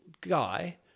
guy